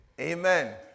Amen